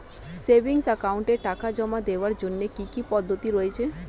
Savings একাউন্টে টাকা জমা দেওয়ার জন্য কি কি পদ্ধতি রয়েছে?